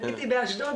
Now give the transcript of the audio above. אם הייתי באשדוד,